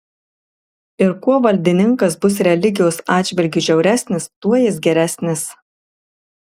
ir kuo valdininkas bus religijos atžvilgiu žiauresnis tuo jis geresnis